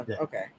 okay